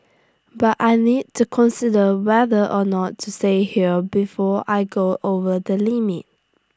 but I need to consider whether or not to stay here before I go over the limit